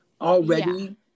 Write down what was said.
already